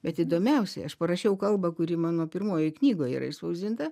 bet įdomiausia aš parašiau kalbą kuri mano pirmojoj knygoj yra išspausdinta